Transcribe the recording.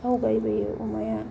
आवगायबोयो अमाया